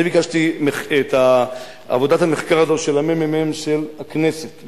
אני ביקשתי את עבודת המחקר הזאת מהממ"מ של הכנסת,